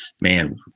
Man